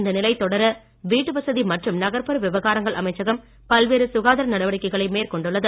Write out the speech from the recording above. இந்த நிலை தொடர வீட்டுவசதி மற்றும் நகர்ப்புற விவகாரங்கள் அமைச்சகம் பல்வேறு சுகாதார நடவடிக்கைகளை மேற்கொண்டுள்ளது